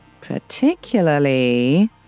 particularly